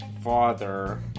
father